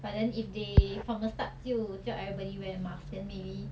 but then if they from the start 就叫 everybody wear mask then maybe